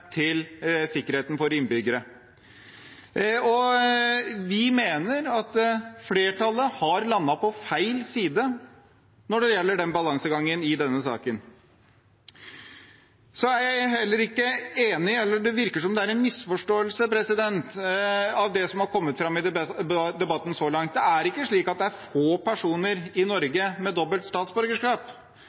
til sikkerheten for innbyggere. Vi mener flertallet har landet på feil side når det gjelder balansegangen i denne saken. Det virker som om det er en misforståelse som har kommet fram i debatten så langt, for det er ikke slik at det er få personer i Norge med dobbelt